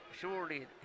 surely